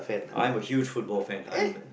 I'm a huge football fan I'm a